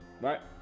right